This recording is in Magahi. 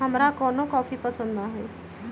हमरा कोनो कॉफी पसंदे न हए